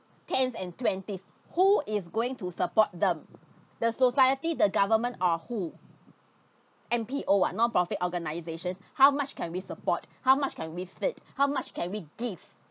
tens and twenties who is going to support them the society the government or who N_P_O ah non profit organizations how much can we support how much can we fit how much can we give